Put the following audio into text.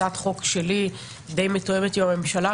הצעת החוק שלי די מתואמת עם הממשלה,